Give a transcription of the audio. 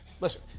Listen